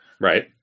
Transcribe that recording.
Right